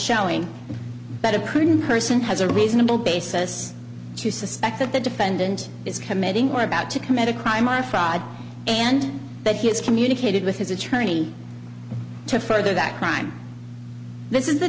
shelling but a prudent person has a reasonable basis to suspect that the defendant is committing or about to commit a crime are fried and that he has communicated with his attorney to further that crime this is